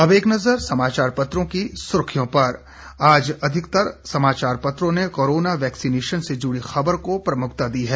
अब एक नजर समाचार पत्रों की सुर्खियों पर आज अधिकतर समाचार पत्रों ने कोरोना वैक्सीनेशन से जुड़ी खबर को प्रमुखता दी है